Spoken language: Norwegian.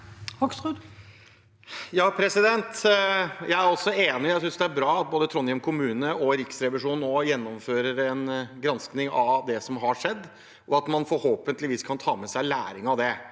Jeg er også enig i at det er bra at både Trondheim kommune og Riksrevisjonen nå gjennomfører en gransking av det som har skjedd, og at man forhåpentligvis kan ta med seg læring av det.